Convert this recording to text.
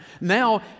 Now